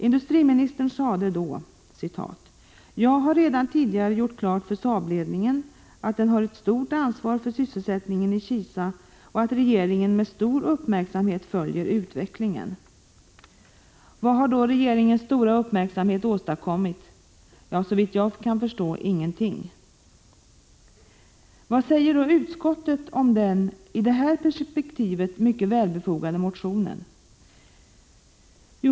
Industriministern sade då: ”Jag har redan tidigare gjort klart för Saabledningen att den har ett stort ansvar för sysselsättningen i Kisa och att regeringen med stor uppmärksamhet följer utvecklingen.” Vad har då regeringens stora uppmärksamhet åstadkommit? Ja, såvitt jag kan förstå, ingenting. Vad säger då utskottet om den — i det här perspektivet - mycket välbefogade motionen?